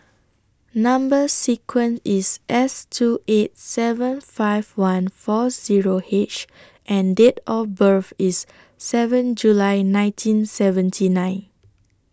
Number sequence IS S two eight seven five one four Zero H and Date of birth IS seven July nineteen seventy nine